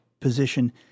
position